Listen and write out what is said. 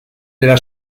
della